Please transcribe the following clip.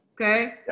Okay